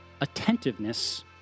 attentiveness